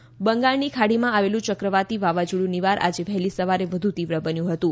નિવાર વાવાઝોડુ બંગાળની ખાડીમાં આવેલુ ચક્રવાતી વાવાઝોડુ નિવાર આજે વહેલી સવારે વધુ તીવ્ર બન્યું હતું